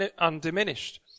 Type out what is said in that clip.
undiminished